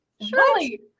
Surely